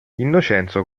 innocenzo